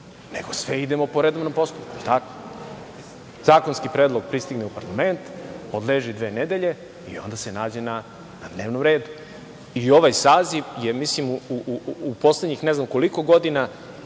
nego sve idemo po redovnom postupku. Znači, zakonski predlog pristigne u parlament, odleži dve nedelje i onda se nađe na dnevnom redu. I ovaj saziv je u poslednjih ne znam koliko godina